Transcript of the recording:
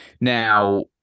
Now